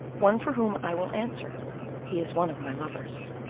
one for whom i will answer he is one of my lovers.